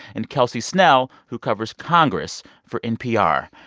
and kelsey snell, who covers congress for npr.